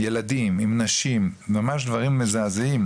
עם ילדים, עם נשים, ממש דברים מזעזעים.